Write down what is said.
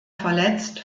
verletzt